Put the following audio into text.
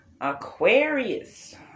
Aquarius